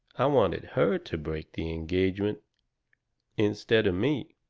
i wanted her to break the engagement instead of me.